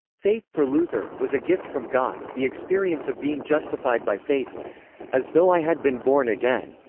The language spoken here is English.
faith, for luther, was a gift from god the experience of being justified by faith was as though i had been born again.